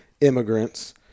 immigrants